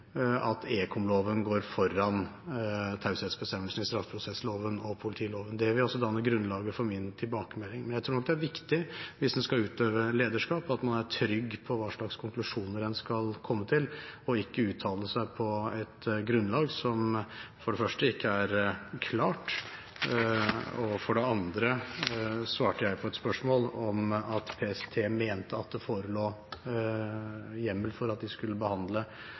at ekomloven går foran taushetsbestemmelsene i straffeprosessloven og politiloven. Det vil også danne grunnlaget for min tilbakemelding. Men jeg tror nok det er viktig hvis en skal utøve lederskap, at man er trygg på hva slags konklusjoner en skal komme til, og ikke uttaler seg på et grunnlag som for det første ikke er klart, og for det andre så svarte jeg på et spørsmål om at PST mente at det forelå hjemmel for at de skulle behandle